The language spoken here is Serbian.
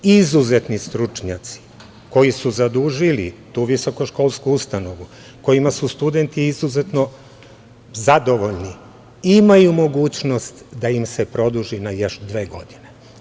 Izuzetni stručnjaci koji su zadužili tu visoko-školsku ustanovu, kojima su studenti izuzetno zadovoljni imaju mogućnost da im se produži na još dve godine.